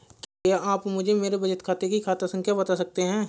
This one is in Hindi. क्या आप मुझे मेरे बचत खाते की खाता संख्या बता सकते हैं?